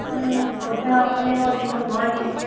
भवत्याः आपणे एव अधिकं वा इति